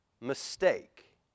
mistake